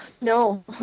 no